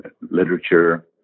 literature